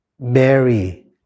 Mary